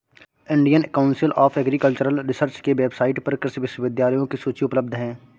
Indian council of agricultural research के website पर कृषि विश्वविद्यालयों की सूची उपलब्ध है